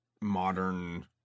modern